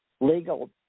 legal